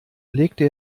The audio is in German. legte